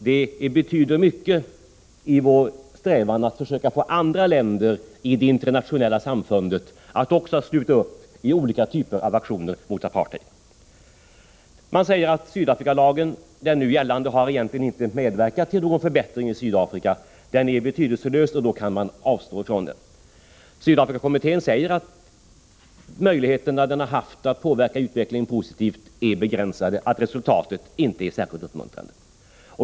Den betyder mycket för vår strävan att försöka få andra länder i det internationella samfundet att sluta upp i olika typer av aktioner mot apartheid. Det finns de som säger att den nu gällande Sydafrikalagen egentligen inte har medverkat till någon förbättring i Sydafrika. Den skulle vara betydelselös, och därför skulle man kunna avstå ifrån den. Sydafrikakommittén säger att möjligheterna att positivt påverka utvecklingen har varit begränsade, att resultatet inte är särskilt uppmuntrande.